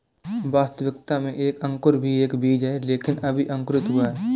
वास्तविकता में एक अंकुर भी एक बीज है लेकिन अभी अंकुरित हुआ है